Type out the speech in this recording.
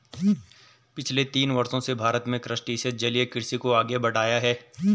पिछले तीस वर्षों से भारत में क्रस्टेशियन जलीय कृषि को आगे बढ़ाया है